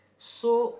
so